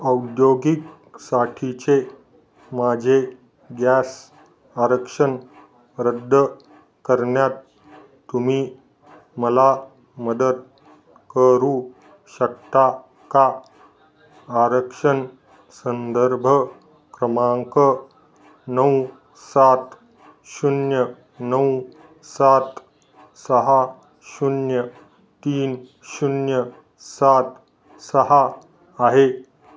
औद्योगिकसाठीचे माझे गॅस आरक्षण रद्द करण्यात तुम्ही मला मदत करू शकता का आरक्षण संदर्भ क्रमांक नऊ सात शून्य नऊ सात सहा शून्य तीन शून्य सात सहा आहे